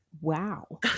Wow